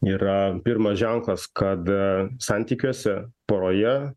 yra pirmas ženklas kad santykiuose poroje